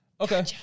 Okay